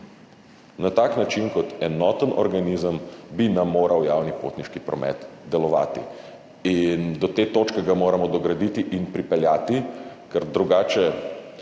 Na tak način, kot enoten organizem, bi moral delovati javni potniški promet in do te točke ga moramo dograditi in pripeljati, ker drugače